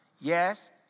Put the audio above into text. Yes